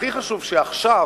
הכי חשוב שעכשיו,